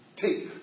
take